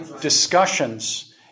Discussions